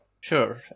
Sure